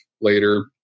later